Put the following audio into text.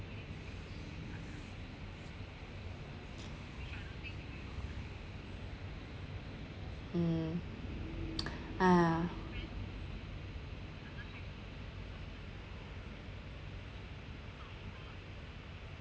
mm !aiya!